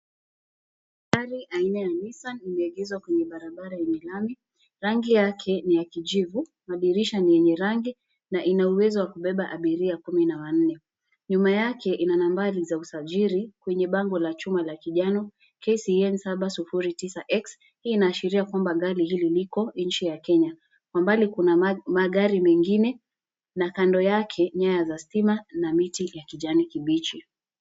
Gari aina ya Nissan limeegezwa kwenye barabara yenye lami, rangi yake ni ya kijivu, madirisha ni yenye rangi na inauwezo wa kubeba abiria kumi na wanne. Nyuma yake ina nambari za usajiri kwenye bambo la chuma la kijano KCN 709X hii inaashiria kwamba gari hili liko nchi ya Kenya. Kwa mbali kuna magari mengine na kando yake nyaya za sima na miti ya kijani kibichi.